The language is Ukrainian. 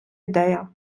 ідея